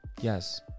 yes